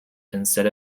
instead